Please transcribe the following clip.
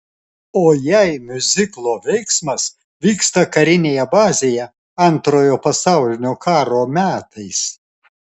o jei miuziklo veiksmas vyksta karinėje bazėje antrojo pasaulinio karo metais